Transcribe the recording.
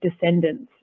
descendants